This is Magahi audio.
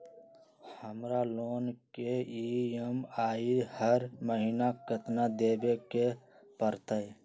हमरा लोन के ई.एम.आई हर महिना केतना देबे के परतई?